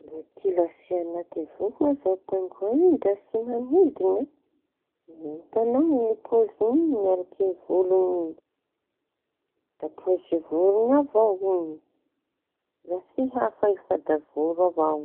Da kilasy anaty vorona aza pingoain ndra tsy mañidina. Itañao ny pôziñy iñy miaraky voloñy iñy da pôzy voroña avao iñy. Da tsy hafa io fa da voro avao.